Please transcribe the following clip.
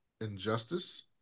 Injustice